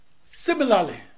Similarly